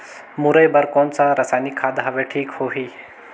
मुरई बार कोन सा रसायनिक खाद हवे ठीक होही?